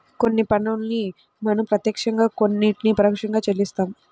కొన్ని పన్నుల్ని మనం ప్రత్యక్షంగా కొన్నిటిని పరోక్షంగా చెల్లిస్తాం